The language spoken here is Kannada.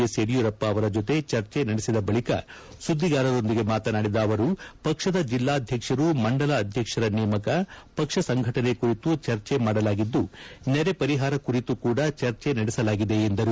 ಎಸ್ ಯಡಿಯೂರಪ್ಪ ಅವರ ಜೊತೆ ಚರ್ಚೆ ನಡೆಸಿದ ಬಳಿಕ ಸುದ್ಧಿಗಾರೊಂದಿಗೆ ಮಾತನಾಡಿದ ಅವರು ಪಕ್ಷದ ಜಿಲ್ಲಾಧ್ಯಕ್ಷರು ಮಂಡಲ ಅಧ್ಯಕ್ಷರ ನೇಮಕ ಪಕ್ಷ ಸಂಘಟನೆ ಕುರಿತು ಚರ್ಚೆ ಮಾಡಲಾಗಿದ್ದು ನೆರೆ ಪರಿಹಾರ ಕುರಿತು ಕೂಡ ಚರ್ಚೆ ನಡೆಸಲಾಗಿದೆ ಎಂದರು